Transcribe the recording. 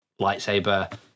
lightsaber